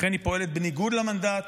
לכן היא פועלת בניגוד למנדט,